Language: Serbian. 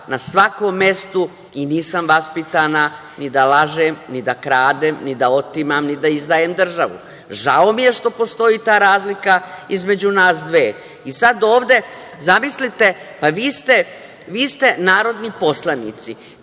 na svakom mestu i nisam vaspitana ni da lažem, ni da kradem, ni da otimam, ni da izdajem državu. Žao mi je što postoji ta razlika između nas dve. Sada ovde, zamislite, pa vi ste narodni poslanici